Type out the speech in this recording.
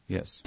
Yes